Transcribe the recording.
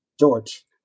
George